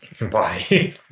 Bye